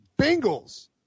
Bengals